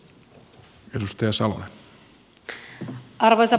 arvoisa puhemies